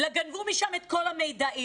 גנבו משם את כל המידעים,